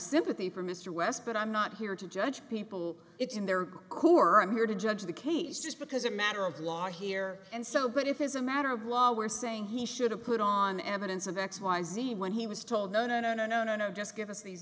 sympathy for mr west but i'm not here to judge people it's in there who are here to judge the case just because a matter of law here and so but it is a matter of law we're saying he should have put on evidence of x y z when he was told no no no no no no no just give us these